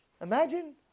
Imagine